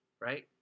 right